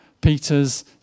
Peter's